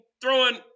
throwing